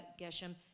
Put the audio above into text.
Geshem